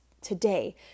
today